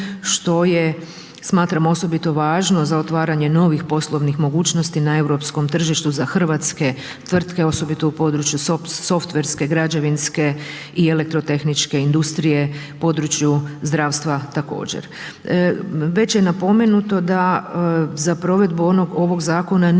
što je smatram osobito važno za otvaranje novih poslovnih mogućnosti na europskom tržištu za hrvatske tvrtke osobito u području softwarske, građevinske i elektrotehničke industrije, području zdravstva također. Već je napomenuto da za provedbu ovog zakona nije